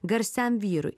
garsiam vyrui